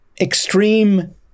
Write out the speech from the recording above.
extreme